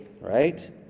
right